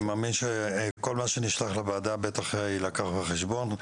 אני מאמין שכל מה שנשלח לוועדה יילקח בחשבון.